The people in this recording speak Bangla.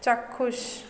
চাক্ষুষ